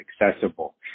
accessible